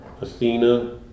Athena